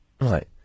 Right